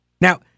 Now